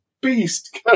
beast